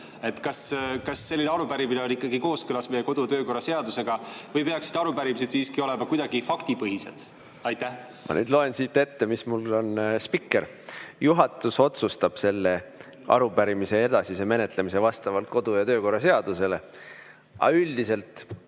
Kas selline arupärimine on ikkagi kooskõlas meie kodu‑ ja töökorra seadusega või peaksid arupärimised siiski olema kuidagi faktipõhised? Ma nüüd loen ette sellest spikrist, mis mul on: juhatus otsustab arupärimise edasise menetlemise vastavalt kodu- ja töökorra seadusele. Aga üldiselt,